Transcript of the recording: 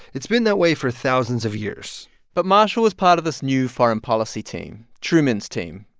it's been that way for thousands of years but marshall was part of this new foreign policy team, truman's team.